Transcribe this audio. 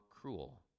cruel